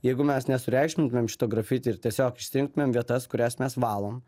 jeigu mes nesureikšmintumėm šito grafiti ir tiesiog išsirinktumėm vietas kurias mes valom